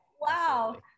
Wow